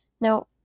Now